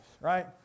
right